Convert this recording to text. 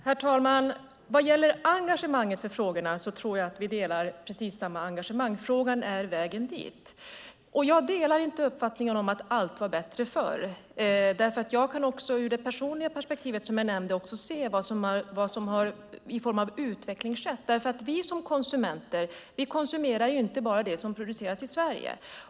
Herr talman! Vad gäller engagemanget i frågorna tror jag att vi delar det. Frågan gäller vägen dit. Jag delar inte uppfattningen att allt var bättre förr. Jag kan också ur det personliga perspektivet, som jag nämnde, se vad som har skett i form av utveckling. Vi som konsumenter konsumerar ju inte bara det som produceras i Sverige.